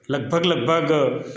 લગભગ લગભગ